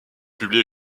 publié